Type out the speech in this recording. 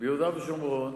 ביהודה ושומרון